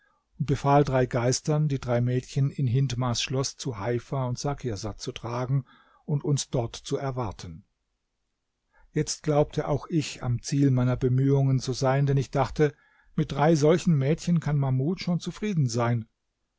befahl drei geistern die drei mädchen in hindmars schloß zu heifa und sakirsad zu tragen und uns dort zu erwarten jetzt glaubte auch ich am ziel meiner bemühungen zu sein denn ich dachte mit drei solchen mädchen kann mahmud schon zufrieden sein